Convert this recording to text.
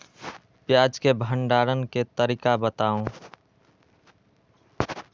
प्याज के भंडारण के तरीका बताऊ?